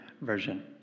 Version